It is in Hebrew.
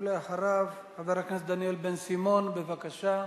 אחריו, חבר הכנסת דניאל בן-סימון, בבקשה.